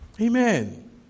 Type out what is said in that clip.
Amen